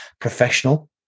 professional